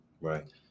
right